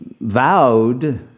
vowed